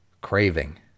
craving